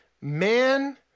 Man